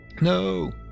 No